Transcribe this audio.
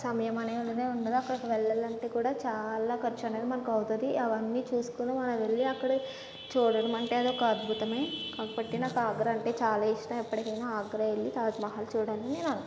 సమయం అనేది ఉండనే ఉండదు అక్కడికి వెళ్ళాలంటే కూడా చాలా ఖర్చు అనేది మనకు అవుతుంది అవన్నీ చూసుకొని మనం వెళ్ళి అక్కడ చూడడం అంటే అది ఒక అద్భుతమే కాబట్టి నాకు ఆగ్రా అంటే చాలా ఇష్టం ఎప్పటికైనా ఆగ్రా వెళ్ళి తాజ్మహల్ చూడాలని నేను అనుకుంటున్నా